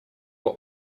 what